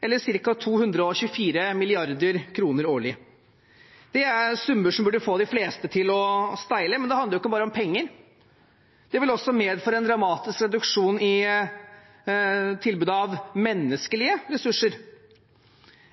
eller ca. 224 mrd. kr årlig. Det er summer som burde få de fleste til å steile. Men det handler ikke bare om penger. Det vil også medføre en dramatisk reduksjon i tilbudet av menneskelige ressurser.